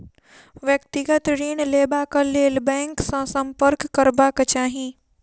व्यक्तिगत ऋण लेबाक लेल बैंक सॅ सम्पर्क करबाक चाही